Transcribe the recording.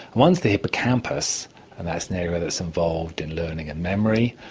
one is the hippocampus and that's an area that's involved in learning and memory,